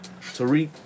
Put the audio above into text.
Tariq